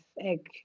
egg